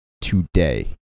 today